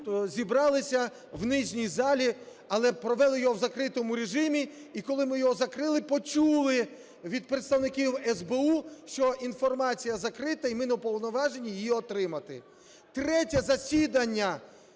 зібралися, в нижній залі, але провели його в закритому режимі. І коли ми його закрили, почули від представників СБУ, що інформація закрита і ми не уповноважені її отримати. Третє засідання,